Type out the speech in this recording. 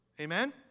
Amen